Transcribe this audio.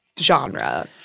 genre